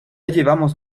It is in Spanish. llevamos